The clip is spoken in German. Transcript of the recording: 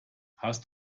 hast